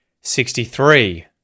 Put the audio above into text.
sixty-three